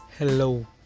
hello